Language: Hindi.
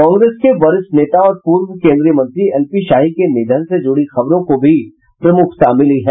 कांग्रेस के वरिष्ठ नेता और पूर्व केंद्रीय मंत्री एलपी शाही के निधन से जुड़ी खबरों को भी प्रमुखता मिली है